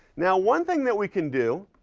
now one thing that we can do